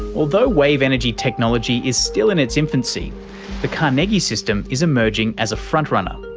although wave energy technology is still in its infancy the carnegie system is emerging as a frontrunner.